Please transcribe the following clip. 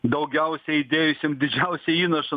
daugiausiai įdėjusiam didžiausią įnašą